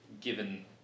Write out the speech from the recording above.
given